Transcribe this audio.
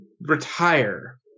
retire